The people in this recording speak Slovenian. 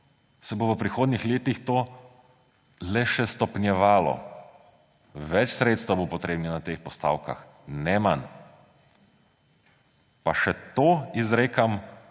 se bo v prihodnjih letih to le še stopnjevalo. Več sredstev bo potrebnih na teh postavkah, ne manj. Pa še to izrekam